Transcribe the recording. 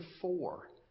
four